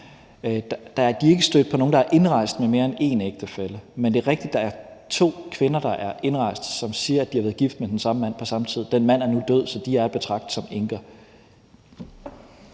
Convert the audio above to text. De er ikke stødt på nogen, der er indrejst med mere end én ægtefælle, men det er rigtigt, at der er to kvinder, der er indrejst, som siger, at de har været gift med den samme mand på samme tid. Den mand er nu død, så de er at betragte som enker.